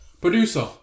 Producer